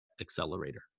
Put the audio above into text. accelerator